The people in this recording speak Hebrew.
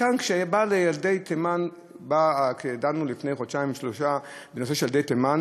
כאן, לפני חודשיים-שלושה דנו בנושא של ילדי תימן.